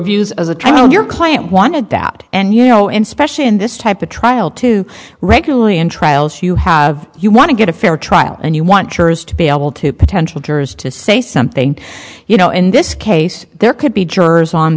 views as a trial in your client wanted that and you know in special in this type of trial to regularly in trials you have you want to get a fair trial and you want to be able to potential jurors to say something you know in this case there could be jurors on